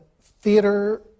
theater